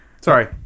sorry